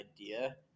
idea